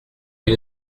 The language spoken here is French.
ils